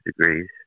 degrees